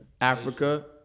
Africa